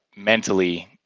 mentally